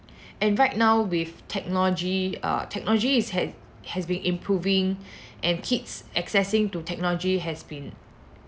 and right now with technology err technology is has has been improving and kids accessing to technology has been